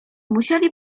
musieli